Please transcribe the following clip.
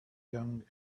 young